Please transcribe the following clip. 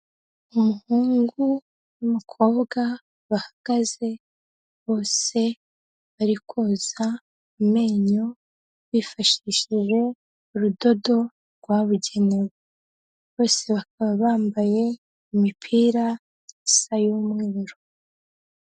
Umuhungu n'umukobwa bahagaze bose bari koza amenyo bifashishije urudodo rwabugenewe, bose bakaba bambaye imipira isa y'umweru.